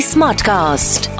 Smartcast